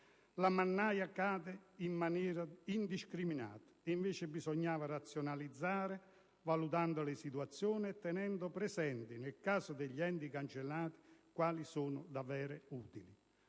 La mannaia cade in maniera indiscriminata, e invece bisognava razionalizzare valutando le situazioni e tenendo presenti, nel caso degli enti cancellati, quali sono davvero inutili.